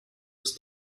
des